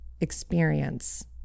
experience